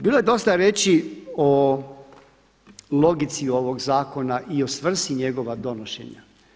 Bilo je dosta riječi o logici ovog zakona i o svrsi njegova donošenja.